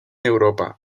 europa